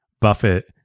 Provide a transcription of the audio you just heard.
Buffett